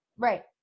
Right